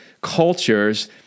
cultures